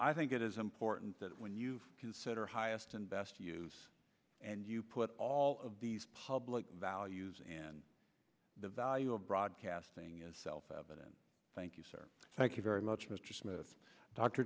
i think it is important that when you consider highest and best use and you put all of these public values and the value of broadcasting is self evident thank you sir thank you very much mr smith dr